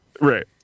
Right